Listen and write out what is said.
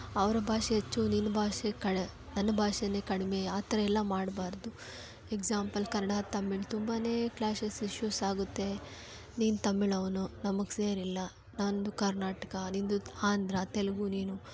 ಅವ್ರ ಭಾಷೆ ಹೆಚ್ಚು ನಿನ್ನ ಭಾಷೆ ಕಡ ನನ್ನ ಭಾಷೇನೇ ಕಡಿಮೆ ಆ ಥರ ಎಲ್ಲ ಮಾಡಬಾರ್ದು ಎಕ್ಸಾಂಪಲ್ ಕನ್ನಡ ತಮಿಳು ತುಂಬಾ ಕ್ಲ್ಯಾಷಸ್ ಇಷ್ಯೂಸ್ ಆಗುತ್ತೆ ನೀನು ತಮಿಳು ಅವನು ನಮ್ಗೆ ಸೇರಿಲ್ಲ ನನ್ನದು ಕರ್ನಾಟಕ ನಿನ್ನದು ಆಂಧ್ರ ತೆಲುಗು ನೀನು